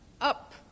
up